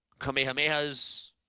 Kamehamehas